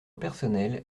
personnel